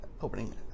opening